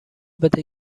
بده